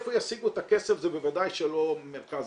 מאיפה ישיגו את הכסף זה בוודאי שלא מרכז